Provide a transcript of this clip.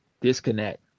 Disconnect